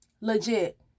Legit